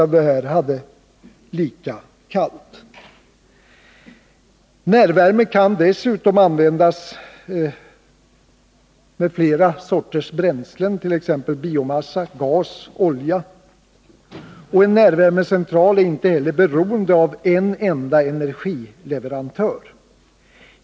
I en närvärmecentral kan man dessutom använda flera sorters bränslen, t.ex. biomassa, gas och olja. En närvärmecentral är alltså inte heller beroende av en enda energileverantör.